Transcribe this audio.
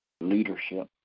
Leadership